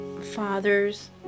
fathers